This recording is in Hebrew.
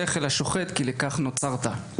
לך אל השוחט כי לכך נוצרת.